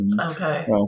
Okay